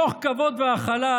מתוך כבוד והכלה,